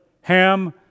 Ham